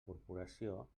corporació